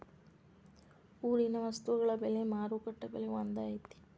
ಊರಿನ ವಸ್ತುಗಳ ಬೆಲೆ ಮಾರುಕಟ್ಟೆ ಬೆಲೆ ಒಂದ್ ಐತಿ?